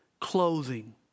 Clothing